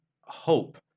hope